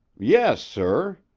yes, sir.